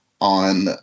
on